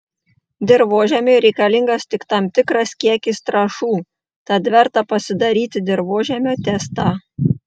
dirvožemiui reikalingas tik tam tikras kiekis trąšų tad verta pasidaryti dirvožemio testą